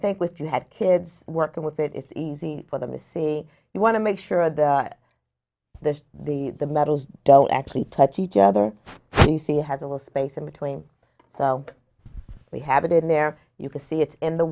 think with you had kids working with it it's easy for them to see you want to make sure that the the the metals don't actually touch each other to you see has a little space in between so we have it in there you can see it in the